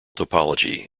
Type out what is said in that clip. topology